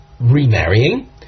remarrying